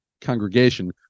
congregation